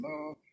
love